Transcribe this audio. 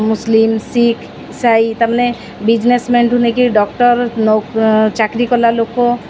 ମୁସଲିମ ଶିଖ ଇସାଇ ତା' ମାନେ ବିଜନେସ୍ ମ୍ୟାନ୍କୁ ନେଇକି ଡକ୍ଟର ଚାକିରି କଲା ଲୋକ